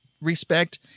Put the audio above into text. respect